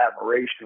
admiration